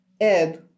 add